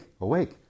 awake